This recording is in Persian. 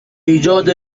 ایجاد